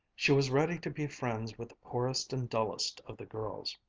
she was ready to be friends with the poorest and dullest of the girls,